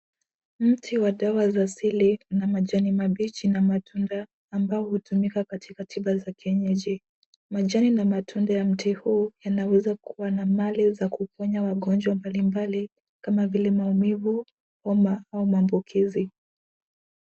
Mti wa dawa za asili na majani mabichi na matunda ambao hutumika katika tiba za kienyeji. Majani na matunda ya mti huu yanaweza kuwa na mali za kuponya magonjwa mbalimbali kama vile maumivu, homa au maambukizi.